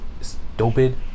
stupid